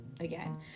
again